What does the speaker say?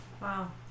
Wow